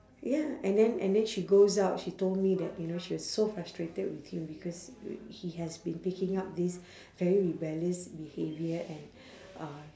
ya and then and then she goes out she told me that you know she was so frustrated with him because he has been picking up this very rebellious behaviour and uh